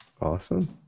Awesome